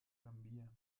gambia